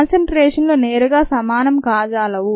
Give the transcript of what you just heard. కాన్సన్ట్రేషన్లు నేరుగా సమానం కాజాలవు